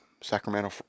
Sacramento